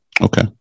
Okay